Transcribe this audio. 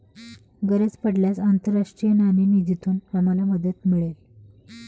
गरज पडल्यास आंतरराष्ट्रीय नाणेनिधीतून आम्हाला मदत मिळेल